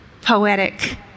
poetic